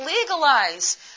legalize